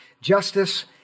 justice